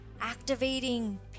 activating